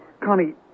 Connie